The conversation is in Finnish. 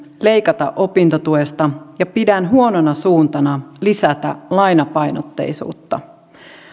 leikata opintotuesta ja pidän huonona suuntana lisätä lainapainotteisuutta